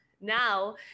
now